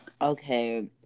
Okay